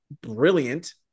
brilliant